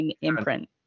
imprint